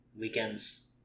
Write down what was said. weekends